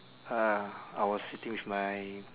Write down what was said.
uh I was sitting with my